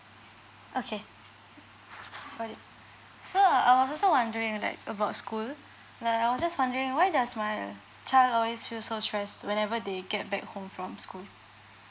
okay got so uh I was also wondering like about school and I was just wondering why does my child always feel so stress whenever they get back home from school